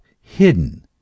hidden